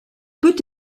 peut